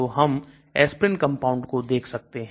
तो हम Aspirin compound को देख सकते हैं